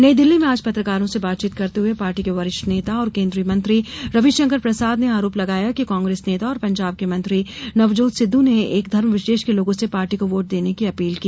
नई दिल्ली में आज पत्रकारों से बातचीत करते हुये पार्टी के वरिष्ठ नेता और केन्द्रीय मंत्री रविशंकर प्रसाद ने आरोप लगाया कि कांग्रेस नेता और पंजाब के मंत्री नवजोत सिद्ध ने एक धर्म विशेष के लोगों से पार्टी को वोट देने की अपील की